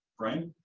brian.